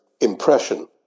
impression